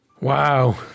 Wow